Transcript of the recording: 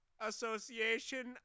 Association